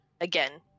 again